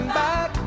back